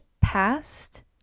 past